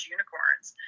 Unicorns